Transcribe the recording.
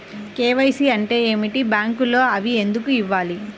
KYC అంటే ఏమిటి? బ్యాంకులో అవి ఎందుకు ఇవ్వాలి?